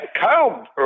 Kyle